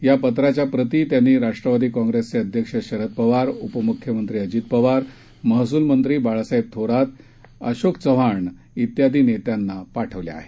या पत्राच्या प्रती त्यांनी राष्ट्रवादी काँग्रेसचे अध्यक्ष शरद पवार उपम्ख्यमंत्री अजित पवार महसूल मंत्री बाळासाहेब थोरात अशोक चव्हाण इत्यादी नेत्यांना पाठवल्या आहेत